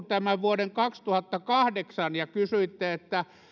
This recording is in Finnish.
tämän vuoden kaksituhattakahdeksan ja kysyitte että